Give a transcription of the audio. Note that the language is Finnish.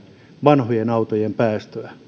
vanhojen autojen päästöjä